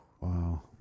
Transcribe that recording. Wow